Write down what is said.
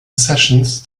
sessions